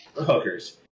hookers